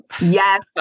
Yes